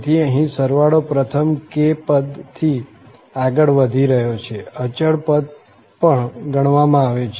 તેથી અહીં સરવાળો પ્રથમ પદ k પરથી આગળ વધી રહ્યો છે અચળ પદ પણ ગણવામાં આવે છે